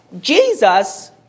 Jesus